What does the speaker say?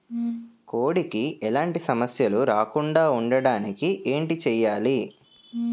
కోడి కి ఎలాంటి సమస్యలు రాకుండ ఉండడానికి ఏంటి చెయాలి?